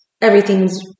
everything's